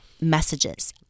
Messages